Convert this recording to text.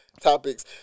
topics